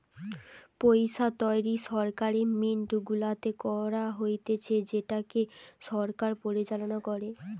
পইসা তৈরী সরকারি মিন্ট গুলাতে করা হতিছে যেটাকে সরকার পরিচালনা করে